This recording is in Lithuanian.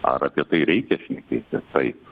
ar apie tai reikia šnekėti taip